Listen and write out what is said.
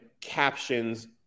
captions